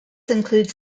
includes